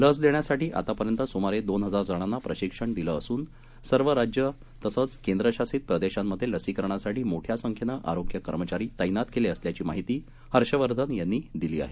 लसदेण्यासाठीआतापर्यंतस्मारेदोनहजारजणांनाप्रशिक्षणदिलंअसूनसर्वराज्यतसंचकेंद्रशासित प्रदेशांमध्येलसीकरणासाठीमोठ्यासंख्येनंआरोग्यकर्मचारीतैनातकेलेअसल्याचीमाहितीहर्षवर्ध नयांनीदिलीआहे